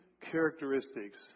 characteristics